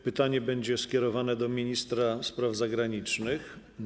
Pytanie będzie skierowane do ministra spraw zagranicznych.